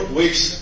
weeks